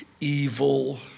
evil